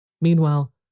Meanwhile